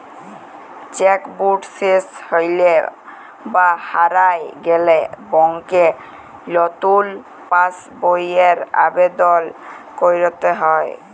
cheque book শেস হৈলে বা হারায় গেলে ব্যাংকে লতুন পাস বইয়ের আবেদল কইরতে হ্যয়